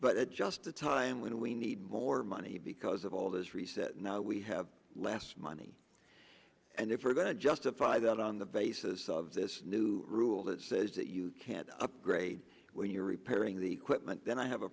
at just the time when we need more money because of all this reset now we have less money and if we're going to justify that on the basis of this new rule that says that you can't upgrade when you're repairing the equipment then i have a